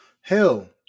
Hell